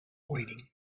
waiting